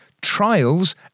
trials